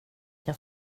jag